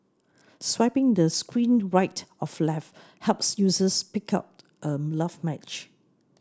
swiping the screen right of life helps users pick out a love match